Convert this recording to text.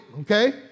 okay